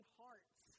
hearts